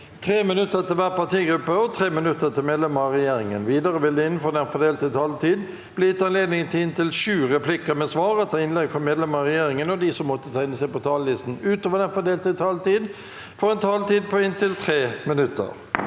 3 minutter til hver partigruppe og 3 minutter til medlemmer av regjeringen. Videre vil det – innenfor den fordelte taletid – bli gitt anledning til inntil sju replikker med svar etter innlegg fra medlemmer av regjeringen. De som måtte tegne seg på talerlisten utover den fordelte taletid, får også en taletid på inntil 3 minutter.